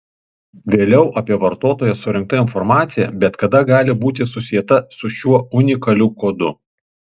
vėliau apie vartotoją surinkta informacija bet kada gali būti susieta su šiuo unikaliu kodu